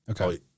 Okay